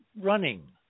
running